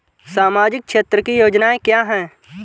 सामाजिक क्षेत्र की योजनाएँ क्या हैं?